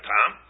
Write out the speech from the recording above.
Tom